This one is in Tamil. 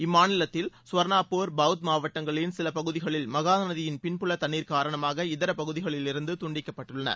இம்மாநிலத்தின் சுபானாப்பூர் பவுத் மாவட்டங்களின் சில பகுதிகள் மகாநதியின் பின்புல தண்ணீர காரணமாக இதர பகுதிகளிலிருந்து துண்டிக்கப்பட்டுள்ளன